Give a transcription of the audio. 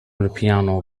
البيانو